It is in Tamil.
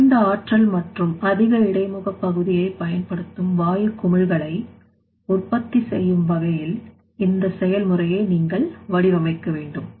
குறைந்த ஆற்றல் மற்றும் அதிக இடைமுக பகுதியை பயன்படுத்தும் வாயுக் குமிழிகளை உற்பத்தி செய்யும் வகையில் இந்த செயல்முறையை நீங்கள் வடிவமைக்க வேண்டும்